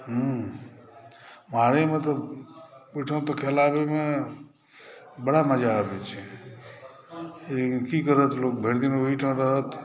हुँ मारैमे तऽ ओहिठाम तऽ खेलावैमे बड़ा मजा आबै छै की करत लोक भरि दिन ओहिठाम रहत